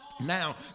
Now